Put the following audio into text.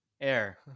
air